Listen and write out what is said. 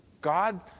God